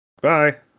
Bye